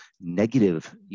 negative